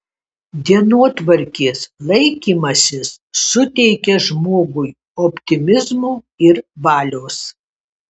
dienotvarkės laikymasis suteikia žmogui optimizmo ir valios